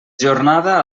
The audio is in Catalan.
jornada